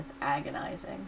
agonizing